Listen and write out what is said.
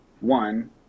one